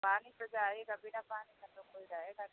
पानी तो जाएगा बिना पानी का तो कोई रहेगा नहीं